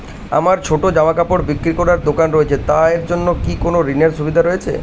আমার ছোটো জামাকাপড় বিক্রি করার দোকান রয়েছে তা এর জন্য কি কোনো ঋণের সুবিধে রয়েছে?